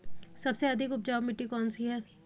सबसे अधिक उपजाऊ मिट्टी कौन सी है?